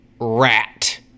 Rat